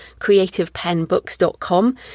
creativepenbooks.com